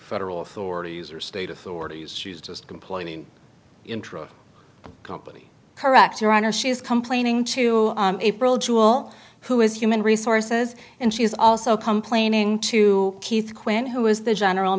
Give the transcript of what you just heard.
federal authorities or state authorities she is just complaining intra company correct your honor she is complaining to april jewel who is human resources and she is also complaining to keith quinn who is the general